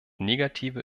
negative